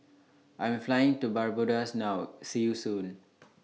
I Am Flying to Barbados now See YOU Soon